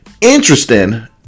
interesting